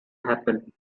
happen